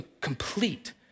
complete